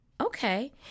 okay